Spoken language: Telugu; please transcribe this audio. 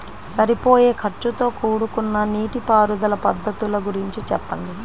సరిపోయే ఖర్చుతో కూడుకున్న నీటిపారుదల పద్ధతుల గురించి చెప్పండి?